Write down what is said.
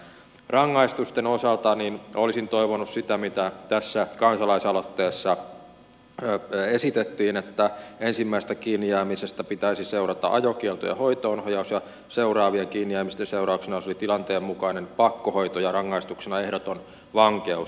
rangaistusten osalta olisin toivonut sitä mitä tässä kansalaisaloitteessa esitettiin että ensimmäisestä kiinnijäämisestä pitäisi seurata ajokielto ja hoitoonohjaus ja seuraavien kiinnijäämisten seurauksena olisi tilanteen mukainen pakkohoito ja rangaistuksena ehdoton vankeus